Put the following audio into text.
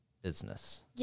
business